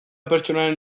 pertsonaren